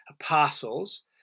Apostles